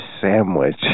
sandwich